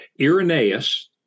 Irenaeus